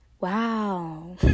Wow